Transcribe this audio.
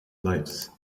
lives